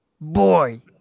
Boy